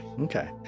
Okay